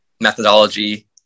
Methodology